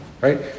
right